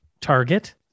target